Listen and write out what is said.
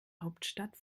hauptstadt